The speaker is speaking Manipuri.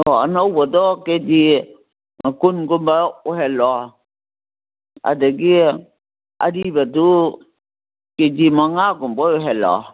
ꯑꯣ ꯑꯅꯧꯕꯗꯣ ꯀꯦ ꯖꯤ ꯀꯨꯟꯒꯨꯝꯕ ꯑꯣꯏꯍꯜꯂꯣ ꯑꯗꯒꯤ ꯑꯔꯤꯕꯗꯨ ꯀꯦ ꯖꯤ ꯃꯉꯥꯒꯨꯝꯕ ꯑꯣꯏꯍꯜꯂꯣ